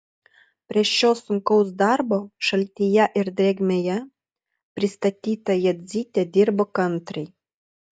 prie šio sunkaus darbo šaltyje ir drėgmėje pristatyta jadzytė dirbo kantriai